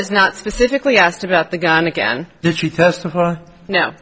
is not specifically asked about the gun again no